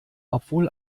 obwohl